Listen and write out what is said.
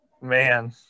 Man